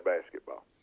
basketball